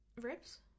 Ribs